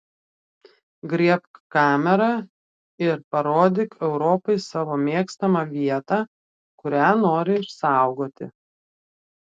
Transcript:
griebk kamerą ir parodyk europai savo mėgstamą vietą kurią nori išsaugoti